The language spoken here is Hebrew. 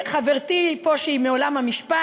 חברתי פה שהיא מעולם המשפט,